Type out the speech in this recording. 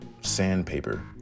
sandpaper